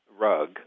rug